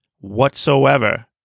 whatsoever